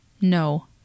No